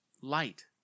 light